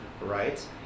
right